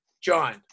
John